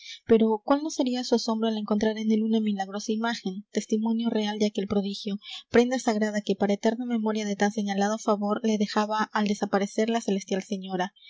pero cuál no sería su asombro al encontrar en él una milagrosa imagen testimonio real de aquel prodigio prenda sagrada que para eterna memoria de tan señalado favor le dejaba al desaparecer la celestial señora